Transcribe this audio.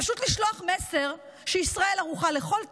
פשוט לשלוח מסר שישראל ערוכה לכל תרחיש,